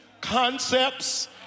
concepts